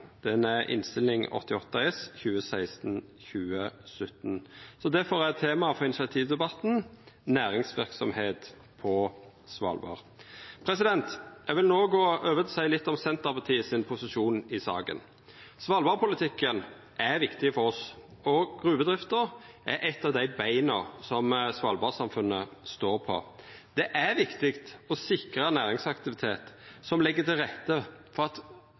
88 S for 2016–2017. Difor er temaet for initiativdebatten næringsverksemd på Svalbard. Eg vil no gå over til å seia litt om Senterpartiets posisjon i saka. Svalbardpolitikken er viktig for oss, og gruvedrifta er eitt av dei beina som svalbardsamfunnet står på. Det er viktig å sikra næringsaktivitet som legg til rette for at